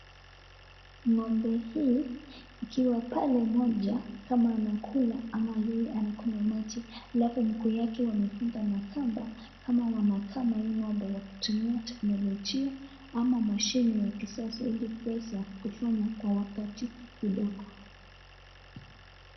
Ng'ombe hii ikiwa pale moja kama anakula ama yeye anakunywa maji, halafu mguu yake wamefunga na kamba kama wanakama hii ng'ombe wakitumia teknolojia ama mashine ya kisasa ili kuweza kufanya kwa wakati kidogo.